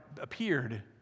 appeared